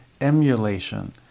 emulation